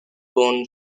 bone